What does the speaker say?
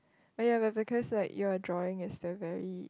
!aiya! but because like your drawing is the very